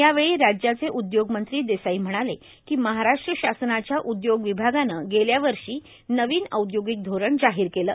यावेळी राज्याचे उद्योग मंत्री देसाई म्हणाले की महाराष्ट्र शासनाच्या उद्योग विभागाने गेल्या वर्षी नवीन औद्योगिक धोरण जाहीर केले